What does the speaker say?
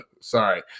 sorry